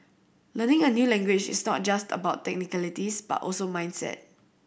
learning a new language is not just about technicalities but also mindset